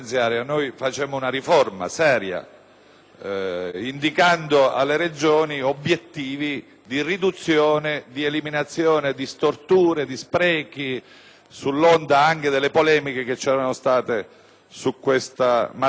indicando alle Regioni obiettivi di riduzione, di eliminazione di storture e di sprechi, anche sull'onda delle polemiche che c'erano state su questa materia. Ebbene, a distanza di un anno,